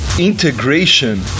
integration